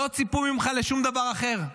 לא ציפו ממך לשום דבר אחר.